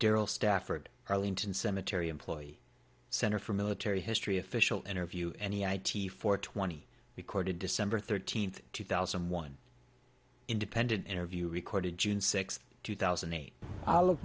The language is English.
darrell stafford arlington cemetery employee center for military history official interview any i t four twenty recorded december thirteenth two thousand and one independent interview recorded june sixth two thousand and eight